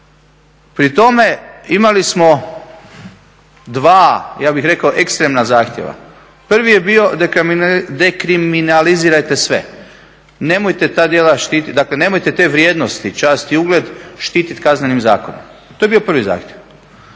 Pri tome imali smo dva ja bih rekao ekstremna zahtjeva. Prvi je bio dekriminalizirajte sve, nemojte te vrijednosti čast i ugled štititi kaznenim zakonom, to je bio prvi zahtjev.